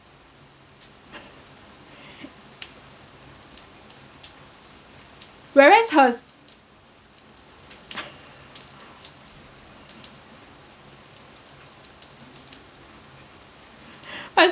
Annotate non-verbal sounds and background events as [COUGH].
[LAUGHS] whereas hers [LAUGHS]